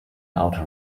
auto